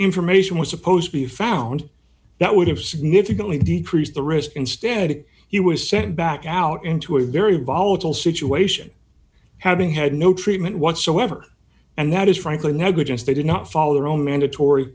information was supposed to be found that would have significantly decrease the risk instead he was sent back out into a very volatile situation having had no treatment whatsoever and that is frankly negligence they did not follow their own mandatory